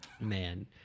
Man